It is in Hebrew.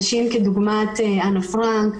נשים כדוגמת אנה פרנק,